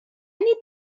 need